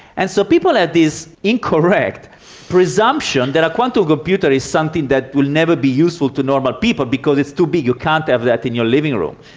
and so people had this incorrect presumption that a quantum computer is something that will never be useful to normal people because it's too big, you can't have that in your living room.